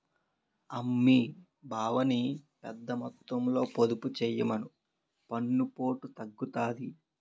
అమ్మీ బావని పెద్దమొత్తంలో పొదుపు చెయ్యమను పన్నుపోటు తగ్గుతాది